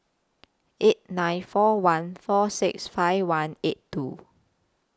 eight nine four one four six five one eight two